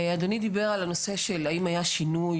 אדוני דיבר על הנושא של האם היה שינוי